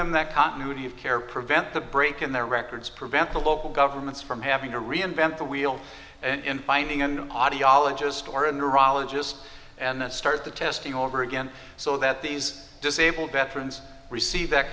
them that continuity of care prevent the break in their records prevent the local governments from having to reinvent the wheel in finding an audiologist or a neurologist and start the testing all over again so that these disabled veterans receive that